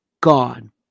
Gone